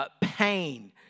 Pain